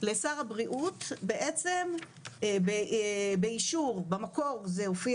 לשר הבריאות בעצם באישור במקור זה הופיע